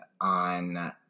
on